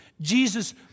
Jesus